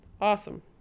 Awesome